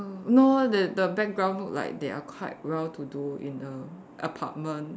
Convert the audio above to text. no the the background look like they are quite well to do in a apartment